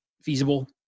feasible